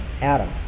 Adam